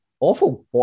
Awful